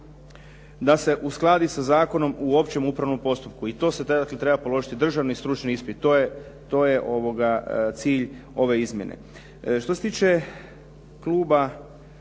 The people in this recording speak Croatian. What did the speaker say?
da se uskladi sa Zakonom o općem upravnom postupku. To se dakle treba položiti državni stručni ispit, to je cilj ove izmjene. Što se tiče kluba